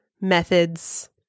methods